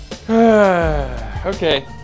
Okay